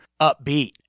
upbeat